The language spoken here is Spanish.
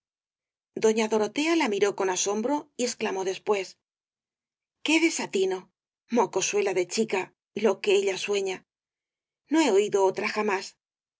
doña dorotea la miró con asombro y exclamó después qué desatino mocosuela de chica lo que ella sueña no he oído otra jamás